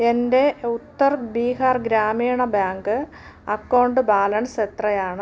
എൻ്റെ Uttar Bihar Gramin bank account balance എത്രയാണ്